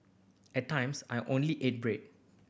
at times I only ate bread